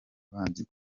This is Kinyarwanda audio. abanzi